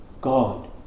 God